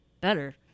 better